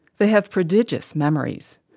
they have prodigious memories.